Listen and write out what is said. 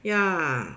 ya